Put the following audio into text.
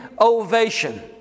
Ovation